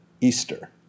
Easter